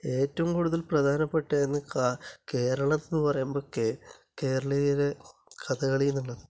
ഏറ്റവും കൂടുതൽ പ്രധാനപ്പെട്ടതാണ് കേരളം എന്ന് പറയുമ്പോൾ കേരളീയർ കഥകളി എന്നുള്ളത്